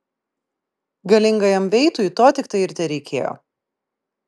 galingajam veitui to tiktai ir tereikėjo